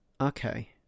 Okay